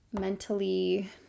Mentally